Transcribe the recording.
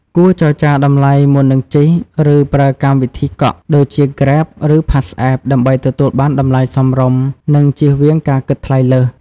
គួរចរចាតម្លៃមុននឹងជិះ ឬប្រើកម្មវិធីកក់ ដូចជា Grab ឬ PassApp ដើម្បីទទួលបានតម្លៃសមរម្យ និងជៀសវាងការគិតថ្លៃលើស។